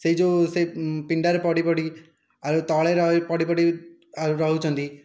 ସେଇ ଯେଉଁ ସେଇ ପିଣ୍ଡାରେ ପଡ଼ିପଡ଼ି ଆଉ ତଳେ ରହି ପଡ଼ିପଡ଼ି ଆଉ ରହୁଛନ୍ତି